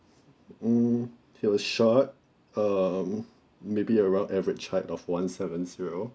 mm he was short um maybe around average height of one seven zero